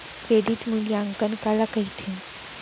Credit मूल्यांकन काला कहिथे?